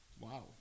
Wow